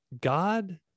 God